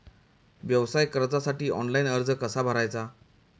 व्यवसाय कर्जासाठी ऑनलाइन अर्ज कसा भरायचा?